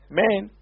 man